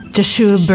Joshua